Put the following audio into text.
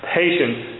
patience